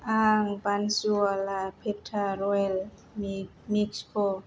आं बानसुवाला पेटा रयेल मिल मिक्स थ